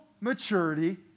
maturity